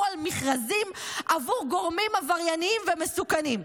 על מכרזים עבור גורמים עברייניים ומסוכנים.